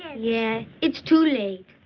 and yeah it's too late.